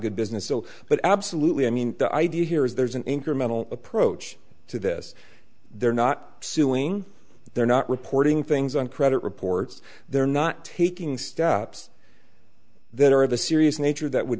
good business oh but absolutely i mean the idea here is there's an incremental approach to this they're not suing they're not reporting things on credit reports they're not taking steps that are of a serious nature that would